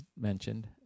mentioned